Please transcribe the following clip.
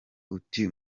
uti